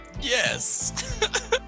yes